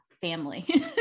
family